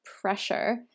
pressure